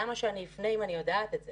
למה שאני אפנה אם אני יודעת את זה?